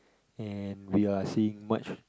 and we are seeing much